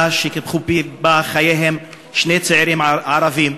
שקיפחו בה את חייהם שני צעירים ערבים.